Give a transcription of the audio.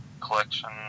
collection